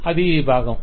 అది ఈ భాగం